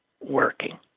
working